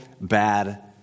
bad